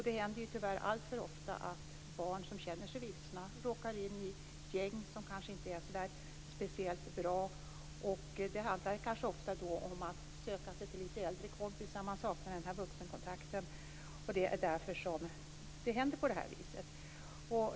Det händer tyvärr alltför ofta att barn som känner sig vilsna råkar in i gäng som inte är så speciellt bra. Det handlar kanske ofta om att söka sig till lite äldre kompisar när man saknar vuxenkontakt. Det är därför som det går på det här viset.